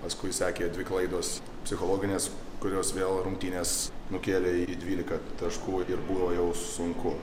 paskui sekė dvi klaidos psichologinės kurios vėl rungtynes nukėlė į dvylika taškų ir buvo jau sunku